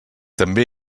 també